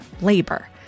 labor